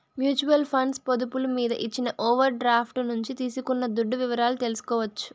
mutual funds పొదుపులు మీద ఇచ్చిన ఓవర్ డ్రాఫ్టు నుంచి తీసుకున్న దుడ్డు వివరాలు తెల్సుకోవచ్చు